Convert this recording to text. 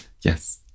Yes